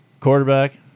Quarterback